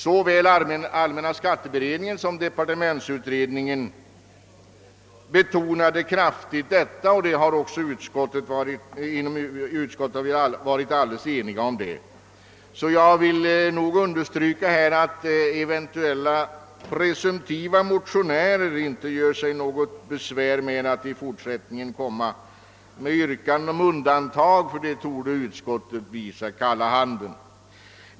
Såväl allmänna skatteberedningen som <departementsutredningen betonade detta kraftigt, och inom utskottet har vi varit helt eniga om denna fråga. Jag vill därför understryka att eventuella presumtiva motionärer inte bör göra sig något besvär med att i fortsättningen komma med yrkanden om undantag, ty härvidlag torde utskottet komma att visa kalla handen.